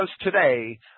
today